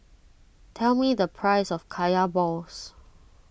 tell me the price of Kaya Balls